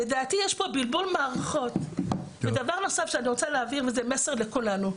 לדעתי יש פה בלבול מערכות ודבר נוסף שאני רוצה להעביר וזה מסר לכולנו,